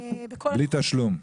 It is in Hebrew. בלי תשלום.